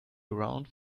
around